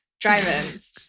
drive-ins